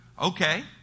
Okay